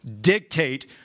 dictate